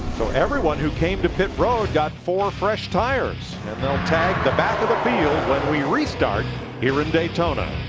so everyone who came to pit road got four fresh tires. and they'll join the back of the field when we restart here in daytona.